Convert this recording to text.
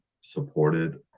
supported